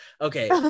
Okay